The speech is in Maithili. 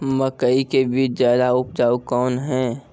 मकई के बीज ज्यादा उपजाऊ कौन है?